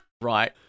right